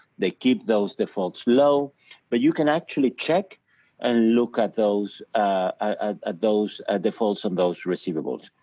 they keep those defaults low but you can actually check and look at those ah at those ah defaults on those receivables.